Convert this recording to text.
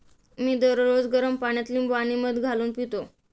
मी दररोज गरम पाण्यात लिंबू आणि मध घालून पितो